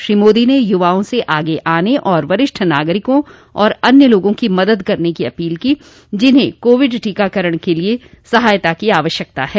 श्री मोदी ने युवाओं से आगे आने और वरिष्ठ नागरिकों और अन्य लोगों की मदद करने की अपील की जिन्हें कोविड टीकाकरण के लिए सहायता की आवश्यकता है